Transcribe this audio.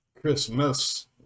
Christmas